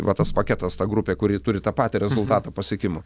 va tas paketas ta grupė kuri turi tą patį rezultatą pasiekimų